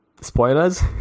spoilers